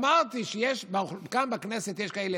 אמרתי שכאן, בכנסת, יש כאלה